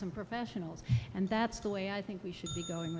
some professionals and that's the way i think we should be going